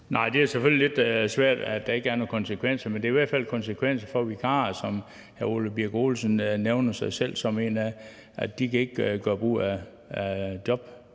at forklare, at der ikke er nogen konsekvenser. Men det har i hvert fald konsekvenser for vikarer, som hr. Ole Birk Olesen nævner selv at være, altså at de ikke kan gøre brug af